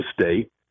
state